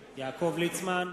ליצמן,